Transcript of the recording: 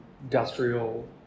industrial